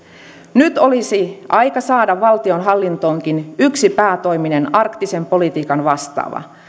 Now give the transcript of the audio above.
nyt olisi aika saada valtionhallintoonkin yksi päätoiminen arktisen politiikan vastaava